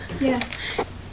Yes